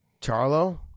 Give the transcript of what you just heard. charlo